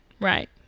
Right